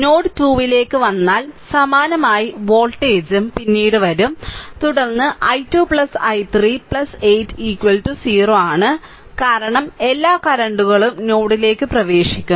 node 2 ലേക്ക് വന്നാൽ സമാനമായി വോൾട്ടേജും പിന്നീട് വരും തുടർന്ന് i 2 i3 8 0 കാരണം എല്ലാ കറന്റുകളും നോഡിലേക്ക് പ്രവേശിക്കുന്നു